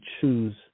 choose